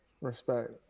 Respect